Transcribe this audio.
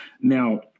Now